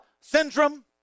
syndrome